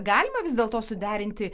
galima vis dėlto suderinti